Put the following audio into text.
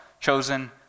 Chosen